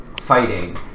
fighting